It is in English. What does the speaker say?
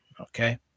Okay